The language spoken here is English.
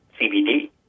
CBD